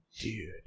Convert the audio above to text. Dude